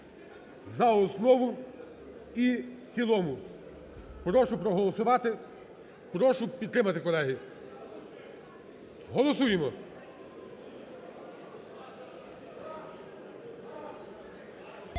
за основу і в цілому. Прошу проголосувати, прошу підтримати колеги. Голосуємо.